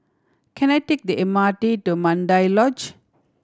can I take the M R T to Mandai Lodge